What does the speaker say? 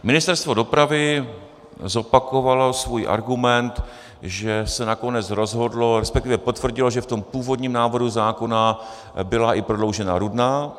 Ministerstvo dopravy zopakovalo svůj argument, že se nakonec rozhodlo, resp. potvrdilo, že v tom původním návrhu zákona byla i Prodloužená Rudná.